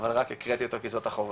אבל הקראתי אותה כי זאת החובה.